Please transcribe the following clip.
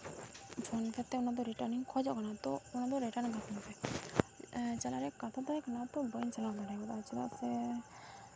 phone ᱠᱟᱛᱮᱫ ᱚᱱᱟᱫᱚ ᱨᱤᱴᱟᱨᱱᱤᱧ ᱠᱷᱚᱡᱚᱜ ᱠᱟᱱᱟ ᱛᱚ ᱚᱱᱟᱫᱚ ᱨᱤᱴᱟᱨᱱ ᱠᱟᱹᱛᱤᱧ ᱯᱮ ᱪᱟᱞᱟᱜ ᱨᱮᱱᱟᱜ ᱠᱟᱛᱷᱟ ᱛᱟᱦᱮᱸ ᱠᱟᱱᱟ ᱛᱚ ᱵᱟᱹᱧ ᱪᱟᱞᱟᱣ ᱫᱟᱲᱮᱭᱟᱫᱟ ᱪᱮᱫᱟᱜ ᱥᱮ